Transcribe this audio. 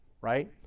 right